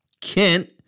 Kent